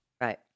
Right